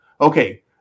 Okay